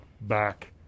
back